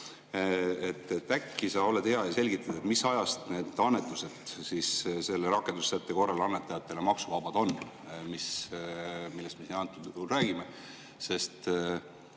Äkki sa oled hea ja selgitad, mis ajast need annetused selle rakendussätte korral annetajatele maksuvabad on, millest me praegusel juhul räägime. Sest